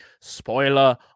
spoiler